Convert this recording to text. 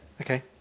okay